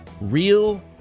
real